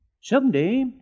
Someday